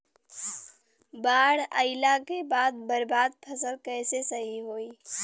बाढ़ आइला के बाद बर्बाद फसल कैसे सही होयी?